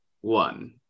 one